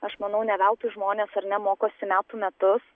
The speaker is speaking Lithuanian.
aš manau ne veltui žmonės ar ne mokosi metų metus